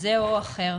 כזה או אחר,